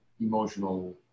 emotional